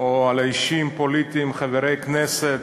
או על אישים פוליטיים, חברי כנסת,